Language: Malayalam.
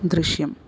ദൃശ്യം